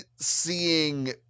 seeing